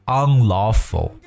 unlawful